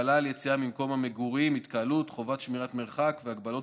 הגבלות בתחומים, חינוך, תנועה, תחבורה ופעילות